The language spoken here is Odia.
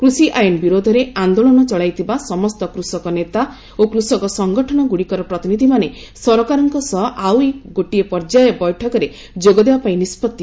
କୃଷି ଆଇନ ବିରୋଧରେ ଆନ୍ଦୋଳନ ଚଳାଇଥିବା ସମସ୍ତ କୃଷକ ନେତା ଓ କୃଷକ ସଙ୍ଗଠନଗୁଡ଼ିକର ପ୍ରତିନିଧିମାନେ ସରକାରଙ୍କ ସହ ଆଉ ଗୋଟିଏ ପର୍ଯ୍ୟାୟ ବୈଠକରେ ଯୋଗଦେବାପାଇଁ ନିଷ୍ପତ୍ତି